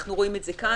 ואנחנו רואים את זה כאן.